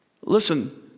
Listen